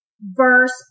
verse